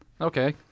Okay